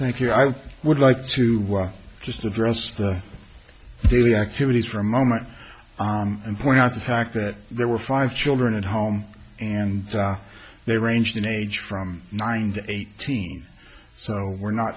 thank you i would like to just address the daily activities for a moment and point out the fact that there were five children at home and they ranged in age from nine to eighteen so we're not